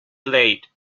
blade